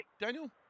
Daniel